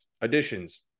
additions